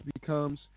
becomes